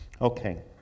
Okay